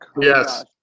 Yes